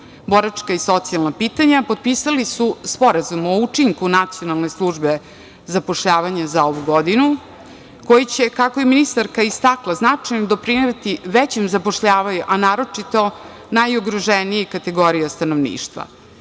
boračka i socijalna pitanja potpisalo je Sporazum o učinku Nacionalne službe zapošljavanja za ovu godinu koji će kako je ministarka istakla značajno doprineti većem zapošljavanju, a naročito najugroženijoj kategoriji stanovništva.